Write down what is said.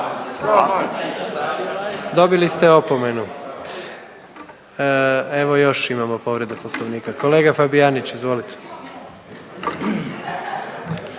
Dobili ste opomenu. Evo još imamo povredu Poslovnika. Kolega Fabijanić, izvolite.